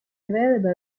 available